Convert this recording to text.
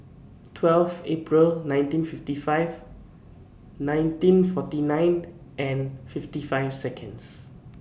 twelve April nineteen fifty five nineteen forty nine and fifty five Seconds